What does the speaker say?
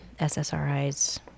SSRIs